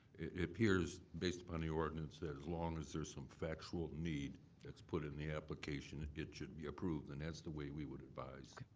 it appears, based upon the ordinance as long as there's some factual need that's put in the application, it should be approved. and that's the way we would advise.